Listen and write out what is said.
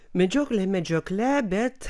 medžioklė medžiokle bet